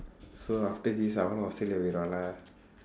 so after this அவனும்:avanum australia போயிடுவான்:pooyiduvaan lah